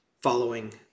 following